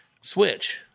switch